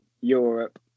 Europe